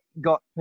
got